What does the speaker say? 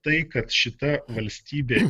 tai kad šita valstybė